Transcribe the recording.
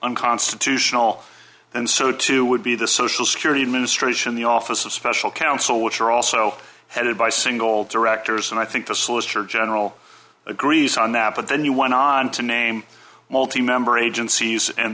unconstitutional and so too would be the social security administration the office of special counsel which are also headed by single directors and i think the solicitor general agrees on that but then you went on to name multi member agencies and